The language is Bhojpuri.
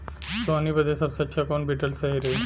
सोहनी बदे सबसे अच्छा कौन वीडर सही रही?